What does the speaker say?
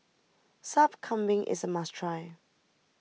Sup Kambing is a must try